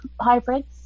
hybrids